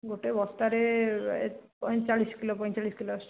ଗୋଟେ ବସ୍ତାରେ ପଞ୍ଚଚାଳିଶ କିଲୋ ପଞ୍ଚଚାଳିଶ କିଲୋ ଆସୁଛି